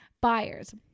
buyers